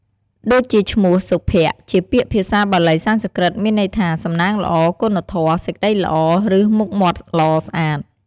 ដូចជាឈ្មោះ សុភ័ក្រ្ត ជាពាក្យភាសាបាលីសំស្ក្រឹតមានន័យថា សំណាងល្អ គុណធម៌ សេចក្ដីល្អ ឬមុខមាត់ល្អស្អាត។